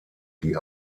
die